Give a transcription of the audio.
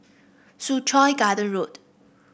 Soo Chow Garden Road